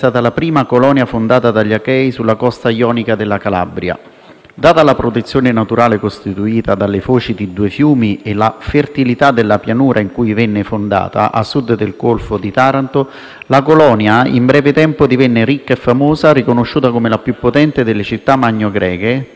Data la protezione naturale costituita dalle foci di due fiumi e la fertilità della pianura in cui venne fondata, a Sud del golfo di Taranto, la colonia in breve tempo divenne ricca e famosa, riconosciuta come la più potente delle città magnogreche, tanto da ricoprire una posizione egemonica su un vastissimo territorio,